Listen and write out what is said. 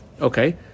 Okay